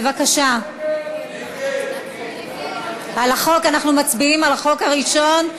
בבקשה, אנחנו מצביעים על החוק הראשון,